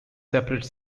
separate